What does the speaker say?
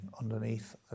underneath